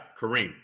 Kareem